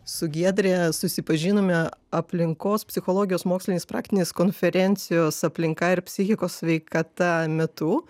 su giedre susipažinome aplinkos psichologijos mokslinės praktinės konferencijos aplinka ir psichikos sveikata metu